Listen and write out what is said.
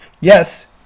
yes